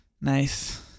Nice